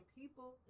people